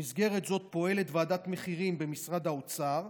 במסגרת זו פועלת ועדת מחירים במשרד האוצר,